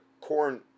corn